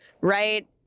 right